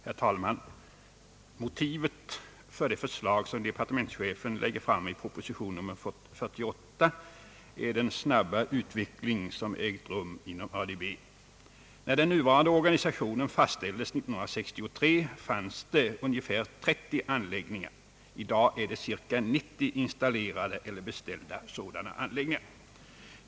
Herr talman! Motivet för det förslag som departementschefen lägger fram i proposition nr 48 är den snabba utveckling som ägt rum på ADB-området. När den nuvarande organisationen fastställdes 1963 fanns det ungefär 30 anläggningar. I dag finns det cirka 90 installerade eller beställda sådana anläggningar.